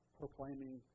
proclaiming